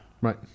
right